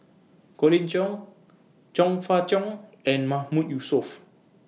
Colin Cheong Chong Fah Cheong and Mahmood Yusof